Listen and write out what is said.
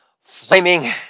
flaming